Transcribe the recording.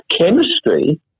chemistry